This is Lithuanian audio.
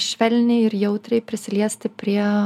švelniai ir jautriai prisiliesti prie